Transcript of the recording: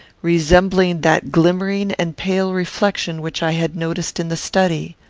resembling that glimmering and pale reflection which i had noticed in the study.